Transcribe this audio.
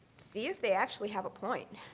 see if they actually have a point.